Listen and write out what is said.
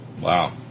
Wow